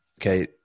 Okay